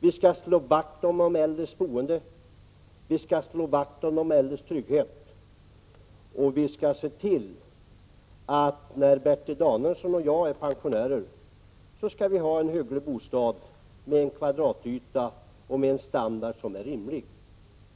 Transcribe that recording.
Vi skall slå vakt om de äldres boende, vi skall slå vakt om de äldres trygghet, och vi skall se till att Bertil Danielsson och jag när vi blir pensionärer har en hygglig bostad med en kvadratyta och standard som är rimlig.